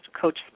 coach